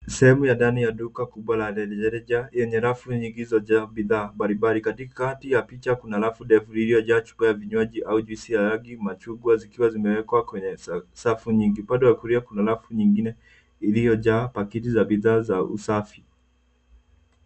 Sehemu ya ndani ya duka kubwa la rejareja yenye rafu nyingi zilizojaa bidhaa mbalimbali. Katikati ya picha kuna rafu ndefu lililojaa chupa ya vinywaji au juisi ya rangi machungwa zikiwa zimewekwa kwenye safu nyingi. Upande wa kulia kuna rafu nyingine iliyojaa pakiti za bidhaa za usafi.